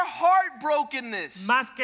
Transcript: heartbrokenness